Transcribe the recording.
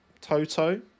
Toto